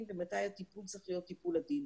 ומתי הטיפול צריך להיות טיפול עדין.